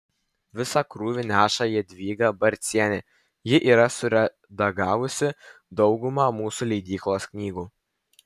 visą krūvį neša jadvyga barcienė ji yra suredagavusi daugumą mūsų leidyklos knygų